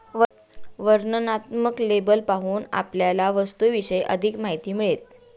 वर्णनात्मक लेबल पाहून आपल्याला वस्तूविषयी अधिक माहिती मिळेल